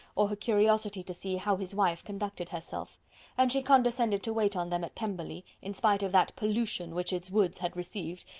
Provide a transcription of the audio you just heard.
or her curiosity to see how his wife conducted herself and she condescended to wait on them at pemberley, in spite of that pollution which its woods had received,